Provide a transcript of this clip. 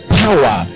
power